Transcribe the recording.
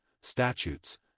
statutes